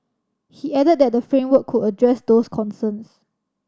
he added that the framework could address those concerns